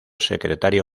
secretario